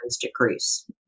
decrease